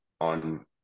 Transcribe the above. on